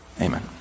Amen